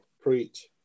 Preach